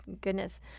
goodness